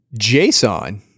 JSON